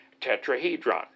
Tetrahedron